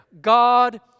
God